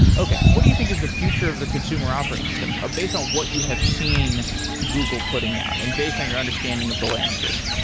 okay. what do you think is the future of the consumer operating system ah based on what you have seen google putting out and based on your understanding of the landscape?